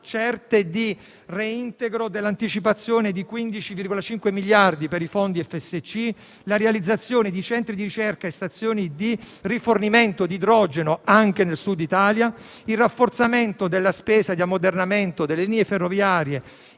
certe di reintegro dell'anticipazione di 15,5 miliardi di euro per i fondi FSC, sulla realizzazione di centri di ricerca e stazioni di rifornimento di idrogeno anche nel Sud Italia, sul rafforzamento della spesa per l'ammodernamento delle linee ferroviarie